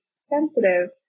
sensitive